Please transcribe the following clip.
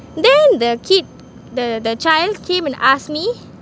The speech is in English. then the kid the the child's came and asked me